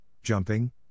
jumping